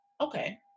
Okay